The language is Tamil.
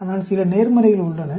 ஆனால் சில நேர்மறைகள் உள்ளன